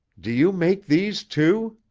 do you make these, too?